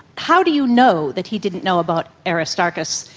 how do you know that he didn't know about aristarchus,